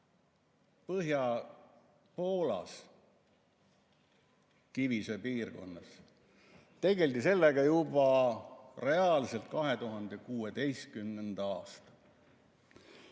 Põhja-Poolas kivisöepiirkonnas tegeldi sellega reaalselt juba 2016. aastal.